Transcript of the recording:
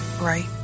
right